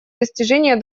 достижения